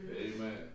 Amen